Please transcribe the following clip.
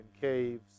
caves